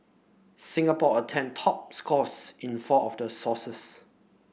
Singapore attained top scores in four of those sources